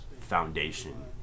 foundation